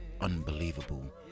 unbelievable